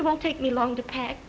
it won't take me long to pack